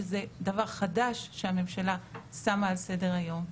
שזה דבר חדש שהממשלה שמה על סדר-היום,